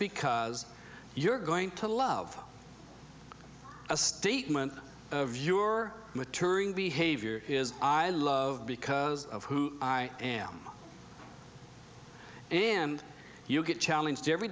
because you're going to love a statement of your maturing behavior is i love because of who i am and you get challenged every